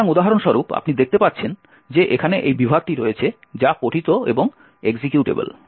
সুতরাং উদাহরণস্বরূপ আপনি দেখতে পাচ্ছেন যে এখানে এই বিভাগটি রয়েছে যা পঠিত এবং এক্সিকিউটেবল